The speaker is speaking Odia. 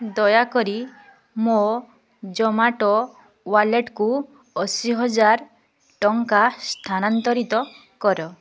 ଦୟାକରି ମୋ ଜୋମାଟୋ ୱାଲେଟକୁ ଅଶୀହଜାର ଟଙ୍କା ସ୍ଥାନାନ୍ତରିତ କର